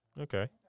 Okay